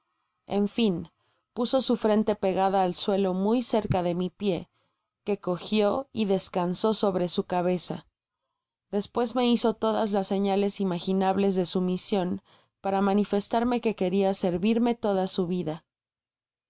en fin puso su frente pegada al suelo muy cerca de mi pié que eogio y descansó sobre su cabeza despues me hizo todas las señales imaginables de sumision para manifestarme que queria servirme toda su vida